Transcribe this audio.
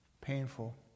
painful